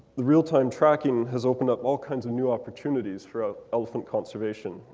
the real time tracking has opened up all kinds of new opportunities for elephant conservation.